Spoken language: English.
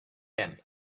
him